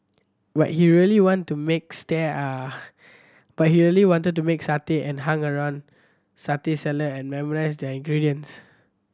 but he really wanted to make stare are but he really wanted to make satay and hung around satay seller and memorized their ingredients